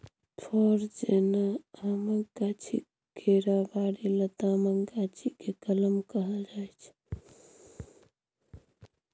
फर जेना आमक गाछी, केराबारी, लतामक गाछी केँ कलम कहल जाइ छै